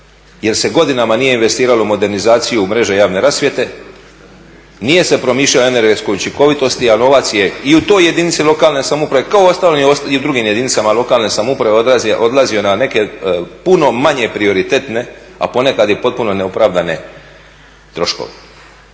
Jer se godinama nije investiralo u modernizaciju mreže javne rasvjete, nije se promišljalo o energetskoj učinkovitosti, a novac je i u toj jedinice lokalne samouprave kao i u ostalim drugim jedinice lokalne samouprave odlazio na neke puno manje prioritetne, a ponekad i potpuno neopravdane troškove.